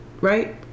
right